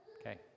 Okay